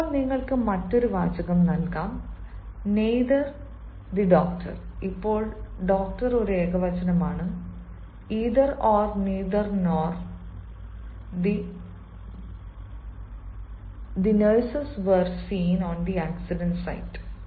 ഇപ്പോൾ നിങ്ങൾക്ക് മറ്റൊരു വാചകം നൽകാം നെയ്തേർ ദി ഡോക്ടർ" ഇപ്പോൾ ഡോക്ടർ ഒരു ഏകവചനമാണ് either or neither nor the nurses were seen on the accident സൈറ്